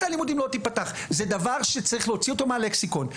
הלימודים לא תיפתח זה דבר שצריך להוציא מהלקסיקון.